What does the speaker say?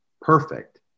perfect